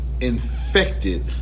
infected